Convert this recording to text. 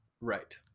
right